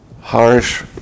harsh